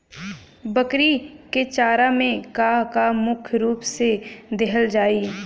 बकरी क चारा में का का मुख्य रूप से देहल जाई?